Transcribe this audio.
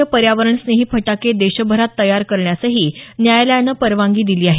कमी उत्सर्जनाचे पर्यावरणस्नेही फटाके देशभरात तयार करण्यासही न्यायालयानं परवानगी दिली आहे